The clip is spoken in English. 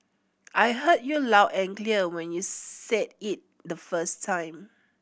I heard you loud and clear when you said it the first time